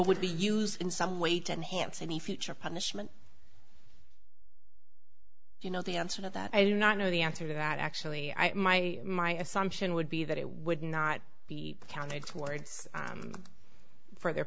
would be used in some way to enhance any future punishment you know the answer to that i do not know the answer to that actually my my assumption would be that it would not be counted towards for their